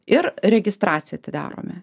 ir registraciją atidarome